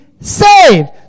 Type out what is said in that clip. saved